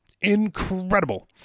Incredible